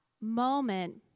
moment